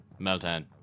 meltdown